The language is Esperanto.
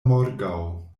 morgaŭ